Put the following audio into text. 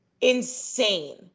insane